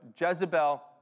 Jezebel